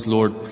Lord